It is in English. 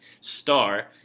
star